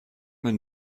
man